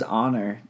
honor